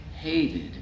hated